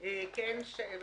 הסעיף אושר.